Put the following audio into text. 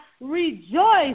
Rejoice